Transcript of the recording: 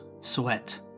sweat